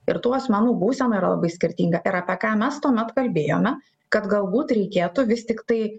ir tų asmenų būsena yra labai skirtinga ir apie ką mes tuomet kalbėjome kad galbūt reikėtų vis tiktai